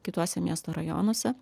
kituose miesto rajonuose